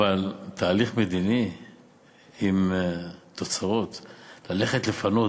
אבל תהליך מדיני שתוצאות שלו זה ללכת לפנות